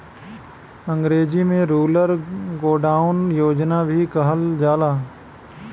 अंग्रेजी में rural godown योजना भी कहल जाला